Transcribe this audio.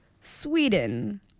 Sweden